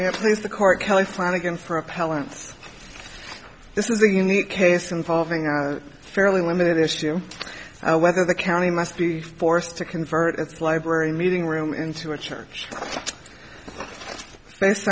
now please the court kelly flanagan for appellants this is a unique case involving a fairly limited issue i whether the county must be forced to convert its library meeting room into a church based